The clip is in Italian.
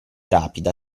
rapida